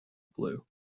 blue